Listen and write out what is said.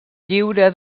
lliure